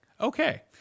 Okay